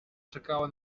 czekała